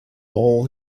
all